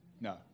No